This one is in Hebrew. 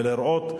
ולראות,